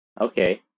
Okay